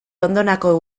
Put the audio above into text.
ondonako